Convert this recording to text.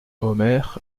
omer